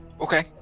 Okay